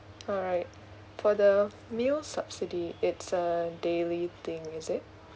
alright for the meal subsidy it's a daily thing is it